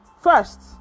first